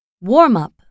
Warm-up